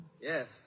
Yes